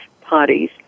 parties